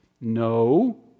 no